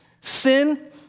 Sin